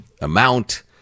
amount